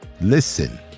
Listen